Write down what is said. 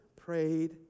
prayed